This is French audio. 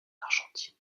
argentine